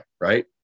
right